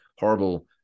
horrible